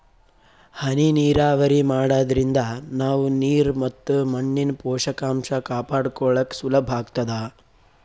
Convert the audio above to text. ಹನಿ ನೀರಾವರಿ ಮಾಡಾದ್ರಿಂದ ನಾವ್ ನೀರ್ ಮತ್ ಮಣ್ಣಿನ್ ಪೋಷಕಾಂಷ ಕಾಪಾಡ್ಕೋಳಕ್ ಸುಲಭ್ ಆಗ್ತದಾ